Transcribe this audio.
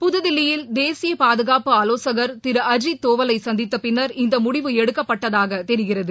புதுதில்லியில் தேசிய பாதுகாப்பு ஆலோசகர் திரு அஜித் தோவலை சந்தித்தபின்னர் இந்த முடிவு எடுக்கப்பட்டதாக தெரிகிறது